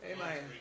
Amen